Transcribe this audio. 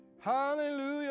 Hallelujah